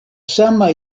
sama